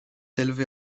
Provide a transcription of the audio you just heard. élevée